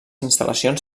instal·lacions